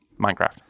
Minecraft